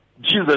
Jesus